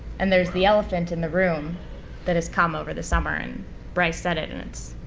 and there's the elephant in the room that it's come over the summer and bryce said it and it's,